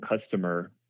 customer